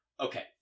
Okay